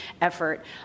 effort